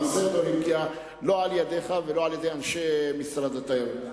הנושא לא הגיע לא על-ידיך ולא על-ידי אנשי משרד התיירות.